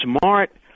smart